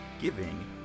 giving